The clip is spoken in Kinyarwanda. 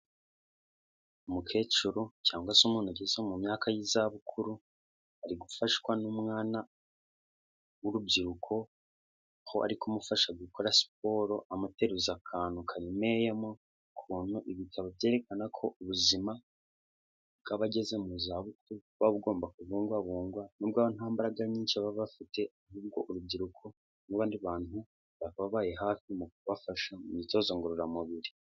Umukecuru cyangwa se umuntu ugeze mu myaka y'iza bukuru ari gufashwa n'umwana w'urubyiruko aho ari kumufasha gukora siporo amateruza akantu karemeyemo ukuntu, ibitabo byerekana ko ubuzima bw'abageze mu za bukuru buba bagomba kubungwabungwa n'ubwo bo nta mbaraga nyinshi baba bafite ubwo urubyiruko n'abandi bantu bababaye hafi mu kubafasha mu myitozo ngororamubiri.